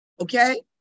Okay